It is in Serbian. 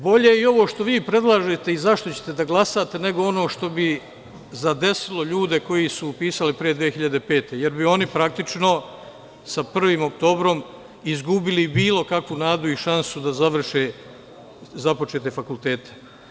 Bolje i ovo što vi predlažete i za šta ćete da glasate, nego ono što bi zadesilo ljude koji su upisali pre 2005. godine, jer bi oni praktično sa 1. oktobrom izgubili bilo kakvu nadu ili šansu da završe započete fakultete.